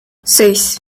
seis